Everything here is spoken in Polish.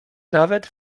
nawet